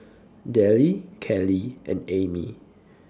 Dellie Keli and Ami